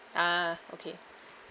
ah okay